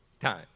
time